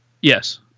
Yes